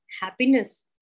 happiness